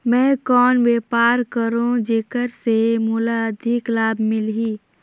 मैं कौन व्यापार करो जेकर से मोला अधिक लाभ मिलही?